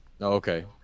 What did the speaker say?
Okay